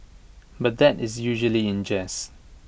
but that is usually in jest